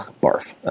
barf.